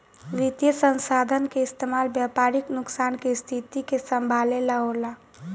वित्तीय संसाधन के इस्तेमाल व्यापारिक नुकसान के स्थिति के संभाले ला होला